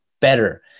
better